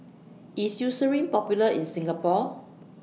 IS Eucerin Popular in Singapore